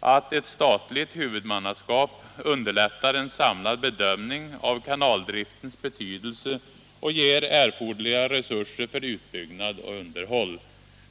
att ett statligt huvudmannaskap underlättar en samlad bedömning av kanaldriftens betydelse och ger erforderliga resurser för utbyggnad och underhåll.